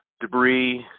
debris